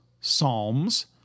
Psalms